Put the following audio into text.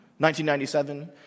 1997